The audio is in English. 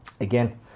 Again